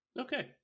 Okay